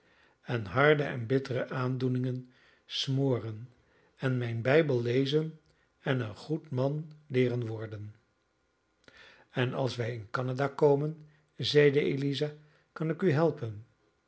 en harde en bittere aandoeningen smoren en mijn bijbel lezen en een goed man leeren worden en als wij in canada komen zeide eliza kan ik u helpen